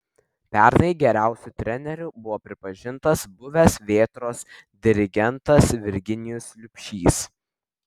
pernai geriausiu treneriu buvo pripažintas buvęs vėtros dirigentas virginijus liubšys